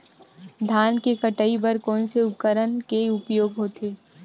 धान के कटाई बर कोन से उपकरण के उपयोग होथे?